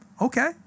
Okay